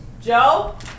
Joe